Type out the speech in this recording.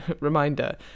reminder